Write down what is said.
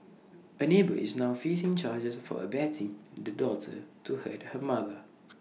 A neighbour is now facing charges for abetting the daughter to hurt her mother